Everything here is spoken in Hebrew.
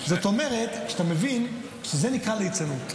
זאת אומרת, אתה מבין שזה נקרא ליצנות.